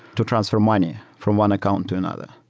to transfer money from one account to another.